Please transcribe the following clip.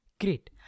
great